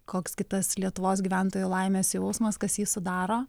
koks gi tas lietuvos gyventojų laimės jausmas kas jį sudaro